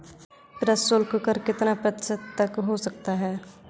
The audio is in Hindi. प्रशुल्क कर कितना प्रतिशत तक हो सकता है?